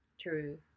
True